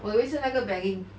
我以为是那个 begging